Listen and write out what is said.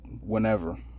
whenever